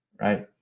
right